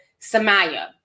Samaya